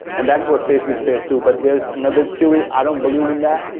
and that's where facebook says too, but there's another theory i don't believe in that,